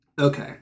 Okay